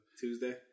Tuesday